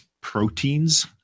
proteins